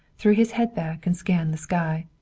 threw his head back and scanned the sky.